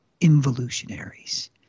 involutionaries